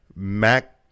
Mac